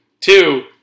Two